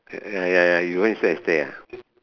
ah ya ya you went inside to stay ah